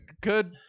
good